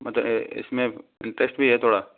मतलब इसमें इन्टरेष्ट भी है थोड़ा